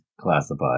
Classified